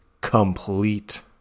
complete